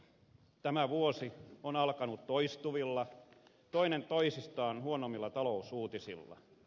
tämä vuosi on alkanut toistuvilla toinen toistaan huonommilla talousuutisilla